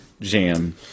jam